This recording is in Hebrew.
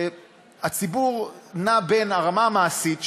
הציבור נע בין הרמה המעשית,